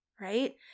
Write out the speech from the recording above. right